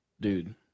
Dude